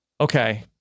okay